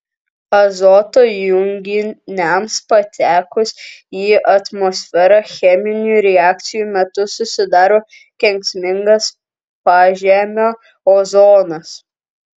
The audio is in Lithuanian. azoto junginiams patekus į atmosferą cheminių reakcijų metu susidaro kenksmingas pažemio ozonas